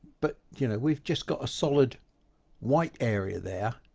but you know we've just got a solid white area there